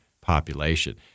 population